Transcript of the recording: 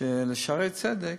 של"שערי צדק"